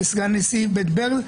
סגן נשיא בית ברל,